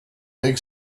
big